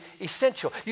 essential